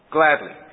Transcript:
Gladly